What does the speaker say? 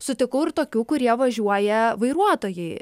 sutikau ir tokių kurie važiuoja vairuotojai